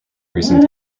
recent